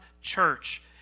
church